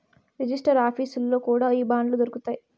register ఆఫీసుల్లో కూడా ఈ బాండ్లు దొరుకుతాయి